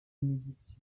n’igice